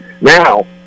Now